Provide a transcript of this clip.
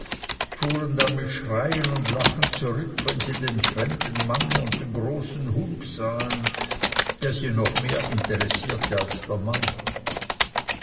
fuhren dann mit schreien und lachen zurück wenn sie den fremden mann und den großen hund sahen der sie noch mehr interessierte als der mann